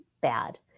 bad